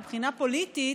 מבחינה פוליטית,